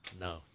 No